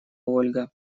ольга